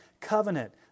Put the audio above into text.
covenant